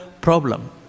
problem